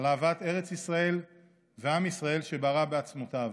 על אהבת ארץ ישראל ועם ישראל שבערה בעצמותיו.